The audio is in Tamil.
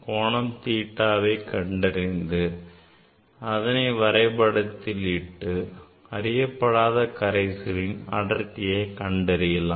கோணம் theta ஐ கண்டறிந்து அதனை வரைபடத்தில் இட்டு அறியப்படாத கரைசலின் அடர்த்தியை கண்டறியலாம்